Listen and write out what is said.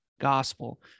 gospel